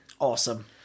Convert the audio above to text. Awesome